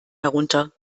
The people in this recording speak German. herunter